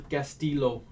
Castillo